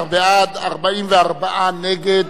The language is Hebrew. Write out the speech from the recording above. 16 בעד, 44 נגד,